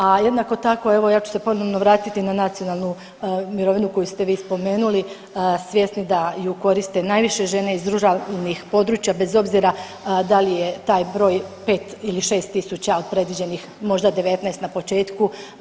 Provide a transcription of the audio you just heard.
A jednako tako, evo ja ću se ponovno vratiti na nacionalnu mirovinu koju ste vi spomenuli svjesni da ju koriste najviše žene iz ruralnih područja bez obzira da li je taj broj pet ili šest tisuća od predviđenih možda 19 na početku.